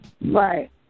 Right